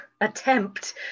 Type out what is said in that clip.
attempt